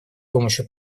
помощью